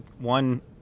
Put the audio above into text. one